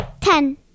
Ten